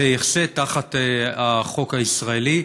זה ייעשה תחת החוק הישראלי.